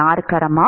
நாற்கரமா